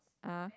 ah